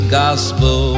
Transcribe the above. gospel